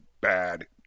bad